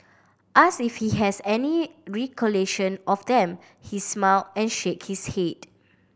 ask if he has any recollection of them he smile and shakes head